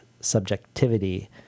subjectivity